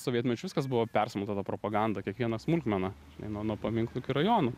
sovietmečiu viskas buvo persmelkta ta propaganda kiekviena smulkmena nuo nuo paminklų iki rajonų